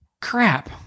crap